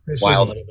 Wild